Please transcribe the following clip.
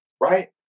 right